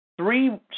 three